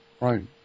Right